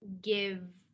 give